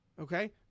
Okay